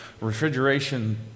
refrigeration